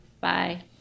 Bye